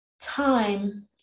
time